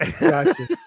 Gotcha